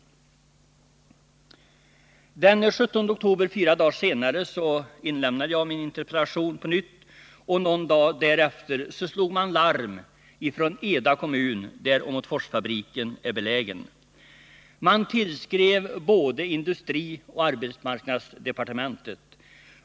Den 17 oktober — fyra dagar senare — inlämnade jag min interpellation på nytt, och någon dag därefter slog man larm från Eda kommun, där Åmotforsfabriken är belägen. Man tillskrev både industrioch arbetsmarknadsdepartementet.